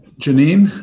janine,